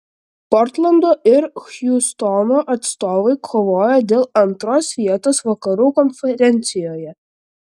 portlando ir hjustono atstovai kovoja dėl antros vietos vakarų konferencijoje